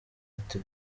ati